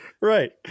Right